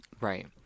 Right